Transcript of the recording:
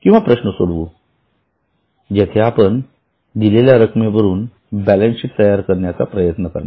किंवा प्रश्न सोडवू जेथे आपण दिलेल्या रक्कमेवरुन बॅलन्सशीट तयार करण्याचा प्रयत्न करू